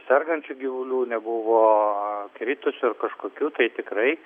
sergančių gyvulių nebuvo kritusių ar kažkokių tai tikrai